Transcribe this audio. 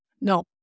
No